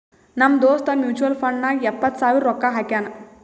ನಮ್ ದೋಸ್ತ mutual fund ನಾಗ್ ಎಪ್ಪತ್ ಸಾವಿರ ರೊಕ್ಕಾ ಹಾಕ್ಯಾನ್